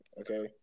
okay